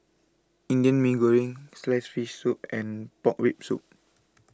Indian Mee Goreng Sliced Fish Soup and Pork Rib Soup